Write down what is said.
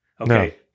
Okay